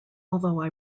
although